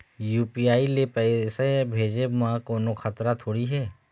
UPI ले पैसे भेजे म कोन्हो खतरा थोड़ी हे?